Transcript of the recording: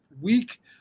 week